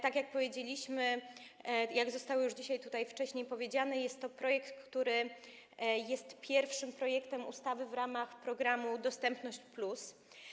Tak jak powiedzieliśmy, jak zostało już tutaj wcześniej powiedziane, jest to projekt, który jest pierwszym projektem ustawy w ramach programu „Dostępność+”